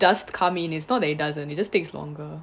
dust come in it's not that it doesn't it just takes longer